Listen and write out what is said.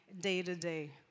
day-to-day